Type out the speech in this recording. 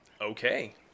Okay